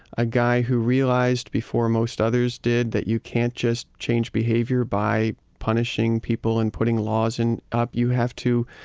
a guy who realized before most others did, that you can't just change behavior by punishing people and putting laws and up. you have to